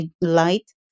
light